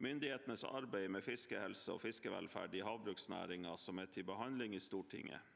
Myndighetenes arbeid med fiskehelse og fiskevelferd i havbruksnæringen, som er til behandling i Stortinget.